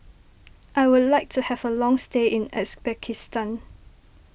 I would like to have a long stay in Uzbekistan